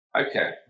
Okay